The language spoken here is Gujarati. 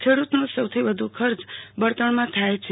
ખેડૂતોનો સૌથી વધુ ખર્ચ બળતણમાં થાય છે